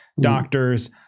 doctors